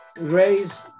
raise